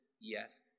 yes